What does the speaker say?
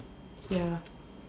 ya